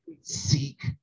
seek